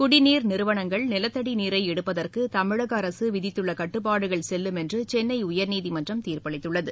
குடிநீர் நிறுவனங்கள் நிலத்தடி நீரை எடுப்பதற்கு தமிழக அரசு விதித்துள்ள கட்டுப்பாடுகள் செல்லும் என்று சென்னை உயர்நீதிமன்றம் தீர்ப்பளித்துள்ளது